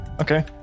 okay